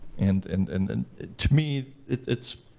and and and and to me it's,